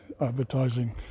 advertising